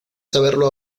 saberlo